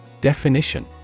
Definition